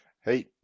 Hey